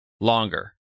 longer